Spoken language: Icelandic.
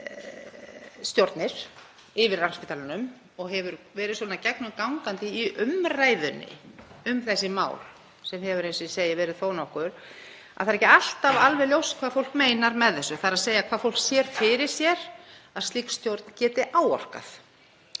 það er ekki alltaf alveg ljóst hvað fólk meinar með þessu, þ.e. hvað fólk sér fyrir sér að slík stjórn geti áorkað.